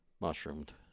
mushroomed